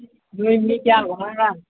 ꯅꯣꯏ ꯃꯤ ꯀꯌꯥꯒꯨꯝꯕꯔꯥ